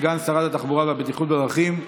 סגן שרת התחבורה והבטיחות בדרכים,